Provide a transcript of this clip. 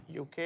UK